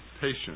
patient